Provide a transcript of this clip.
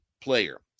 player